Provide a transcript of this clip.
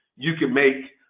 you can make